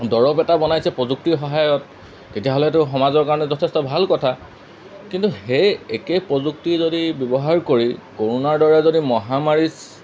দৰৱ এটা বনাইছে প্ৰযুক্তিৰ সহায়ত তেতিয়াহ'লেতো সমাজৰ কাৰণে যথেষ্ট ভাল কথা কিন্তু সেই একে প্ৰযুক্তি যদি ব্যৱহাৰ কৰি কৰোণাৰ দৰে যদি মহামাৰী